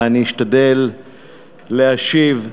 ואני אשתדל להשיב.